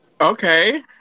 Okay